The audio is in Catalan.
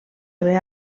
haver